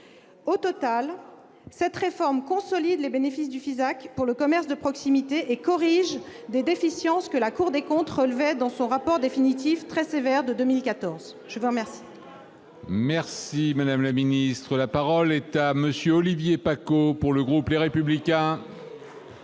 Au total, cette réforme consolide les bénéfices du FISAC pour le commerce de proximité et corrige des déficiences que la Cour des comptes relevait dans son rapport définitif très sévère de 2014. La parole est à M. Olivier Paccaud, pour le groupe Les Républicains.